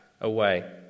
away